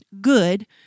good